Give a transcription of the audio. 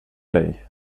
dig